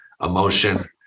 emotion